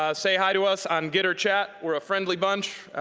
ah say hi to us on gitter chat. we're a friendly bunch.